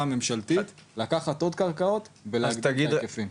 הממשלתית לקחת עוד קרקעות ולהגדיל את ההיקפים.